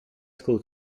school